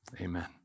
amen